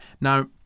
Now